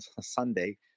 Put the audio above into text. Sunday